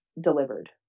delivered